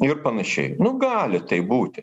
ir panašiai nu gali taip būti